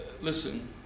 Listen